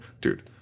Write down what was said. dude